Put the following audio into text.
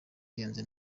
ihenze